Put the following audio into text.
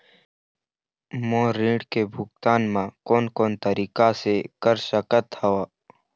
मोर ऋण के भुगतान म कोन कोन तरीका से कर सकत हव?